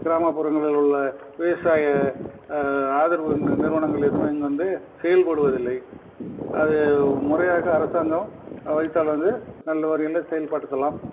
கிராமப்புறங்களில் உள்ள விவசாய ஆதரவு நி நிறுவனங்கள் எதுவுமே இங்கே வந்து செயல்படுவதில்லை அது முறையாக அரசாங்கம் வைத்தால் வந்து நல்ல ஒரு நிலையில் செயல்படுத்தலாம்